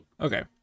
okay